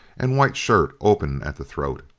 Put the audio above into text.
and white shirt open at the throat.